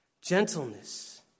gentleness